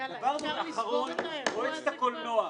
מועצת הקולנוע.